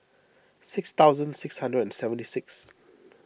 six thousand six hundred and seventy six